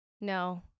No